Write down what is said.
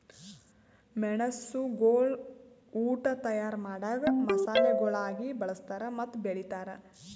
ಮೆಣಸುಗೊಳ್ ಉಟ್ ತೈಯಾರ್ ಮಾಡಾಗ್ ಮಸಾಲೆಗೊಳಾಗಿ ಬಳ್ಸತಾರ್ ಮತ್ತ ಬೆಳಿತಾರ್